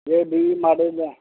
ਜੇ ਬੀਜ ਮਾੜੇ ਤਾਂ